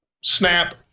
snap